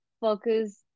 focus